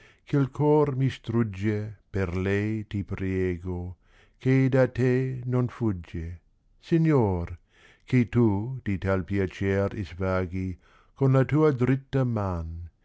ch il cor mi strugge per lei ti priego che da te non fagge signor che ta di tal piacer israghi con la tua dritta man